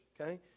okay